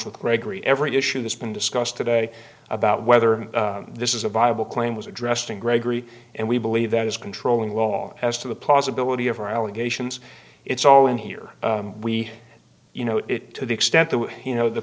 with gregory every issue that's been discussed today about whether this is a viable claim was addressed in gregory and we believe that is controlling law as to the plausibility of our allegations it's all in here we you know it to the extent that you know the